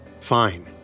Fine